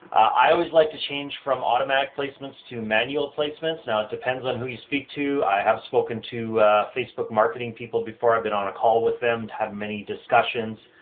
i always like to change from automatic placements to manual placements. now, it depends on who you speak to. i have spoken to a facebook marketing people before. i've been on a call with them to have many discussions.